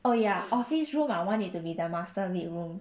oh ya office room I want it to be the master bedroom